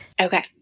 Okay